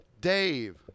Dave